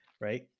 Right